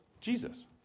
Jesus